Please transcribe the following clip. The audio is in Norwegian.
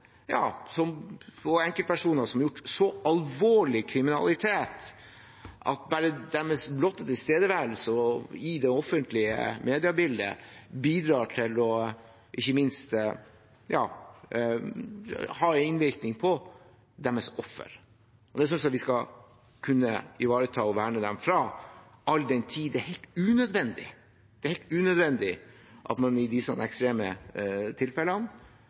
har gjort så alvorlig kriminalitet at bare deres blotte tilstedeværelse i det offentlige mediebildet bidrar til, ikke minst, å ha en innvirkning på deres offer. Det synes jeg vi skal kunne ivareta å verne dem fra, all den tid det er helt unødvendig at man i disse ekstreme tilfellene